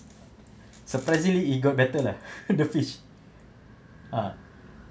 surprisingly it got better lah the fish ah